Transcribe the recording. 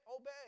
obey